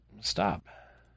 stop